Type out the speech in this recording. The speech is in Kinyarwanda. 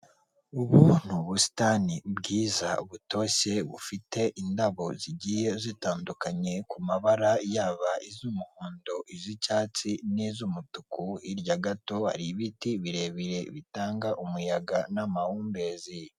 Ubu ni ubusitani bwiza, butoshye bufite indabo zigiye zitandukanye ku mabara; yaba iz'umuhondo, iz'icyatsi, n'iz'umutuku; hirya gato hari ibiti birebire bitanga umuyaga n'amahumbezi.